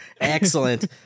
Excellent